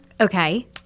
Okay